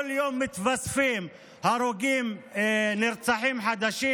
כל יום מתווספים הרוגים, נרצחים חדשים.